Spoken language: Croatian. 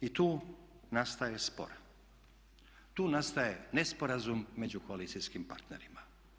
I tu nastaje spor, tu nastaje nesporazum među koalicijskim partnerima.